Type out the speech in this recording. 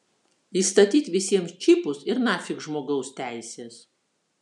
įstatyt visiems čipus ir nafik žmogaus teisės